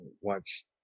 watch